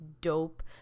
dope